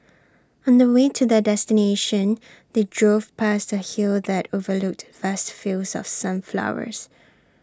on the way to their destination they drove past A hill that overlooked vast fields of sunflowers